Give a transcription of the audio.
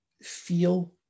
feel